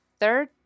Third